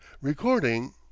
recording